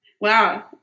wow